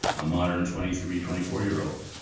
ah modern twenty three, twenty four year olds,